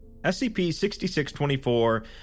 SCP-6624